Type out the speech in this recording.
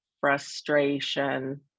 frustration